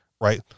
right